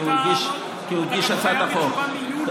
כי הוא הגיש הצעת חוק.